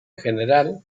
general